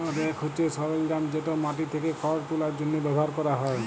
rake হছে সরলজাম যেট মাটি থ্যাকে খড় তুলার জ্যনহে ব্যাভার ক্যরা হ্যয়